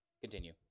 Continue